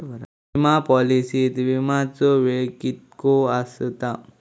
विमा पॉलिसीत विमाचो वेळ कीतको आसता?